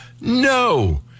No